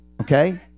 okay